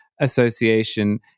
Association